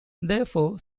therefore